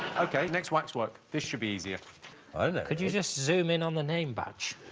okay, next once work this should be easier oh, and could you just zoom in on the name batch